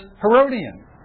Herodian